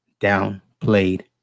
downplayed